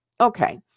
okay